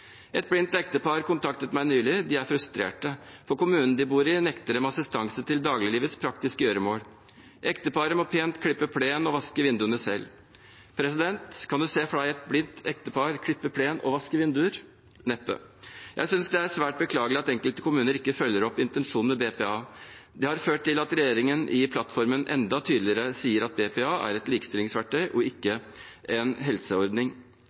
Et blindt ektepar kontaktet meg nylig. De er frustrerte, for kommunen de bor i, nekter dem assistanse til dagliglivets praktiske gjøremål. Ekteparet må pent klippe plen og vaske vinduene selv. Kan presidenten se for seg et blindt ektepar klippe plen og vaske vinduer? Neppe. Jeg synes det er svært beklagelig at enkelte kommuner ikke følger opp intensjonen med BPA. Det har ført til at regjeringen i plattformen enda tydeligere sier at BPA er et likestillingsverktøy og ikke en helseordning.